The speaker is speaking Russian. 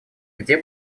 где